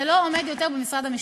זה לא עומד יותר במשרד המשפטים.